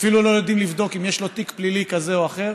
אפילו לא יודעים לבדוק אם יש לו תיק פלילי כזה או אחר.